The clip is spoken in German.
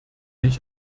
ich